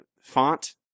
font